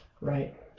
right